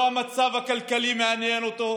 לא המצב הכלכלי מעניין אותו,